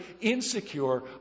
insecure